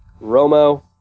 Romo